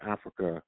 Africa